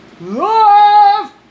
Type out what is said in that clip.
love